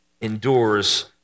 endures